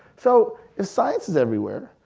so if science is everywhere,